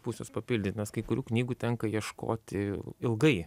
pusės papildyt nes kai kurių knygų tenka ieškoti ilgai